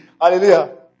Hallelujah